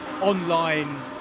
online